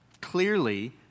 Clearly